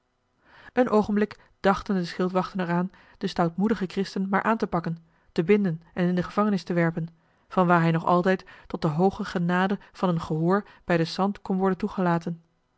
een oogenblik dachten de schildwachten er aan den stoutmoedigen christen maar aan te pakken te binden en in de gevangenis te werpen vanwaar hij nog altijd tot de hooge genade van een gehoor bij den sant kon worden toegelaten